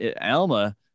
Alma